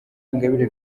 ingabire